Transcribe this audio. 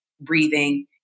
breathing